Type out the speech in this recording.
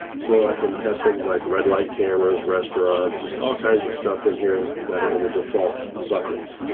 so i can have things like red light cameras, restaurants, just all kinds of stuff in here that are in the default buckets.